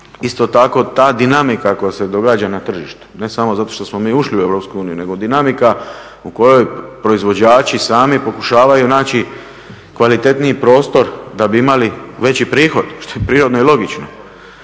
isto tako ta dinamika koja se događa na tržištu, ne samo zato što smo mi ušli u EU, nego dinamika u kojoj proizvođači sami pokušavaju naći kvalitetniji prostor da bi imali veći prihod što je prirodno i logično,